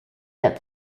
that